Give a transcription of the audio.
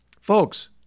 Folks